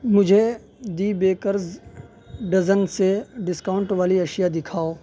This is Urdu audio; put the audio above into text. مجھے دی بیکرز ڈزن سے ڈسکاؤنٹ والی اشیاء دکھاؤ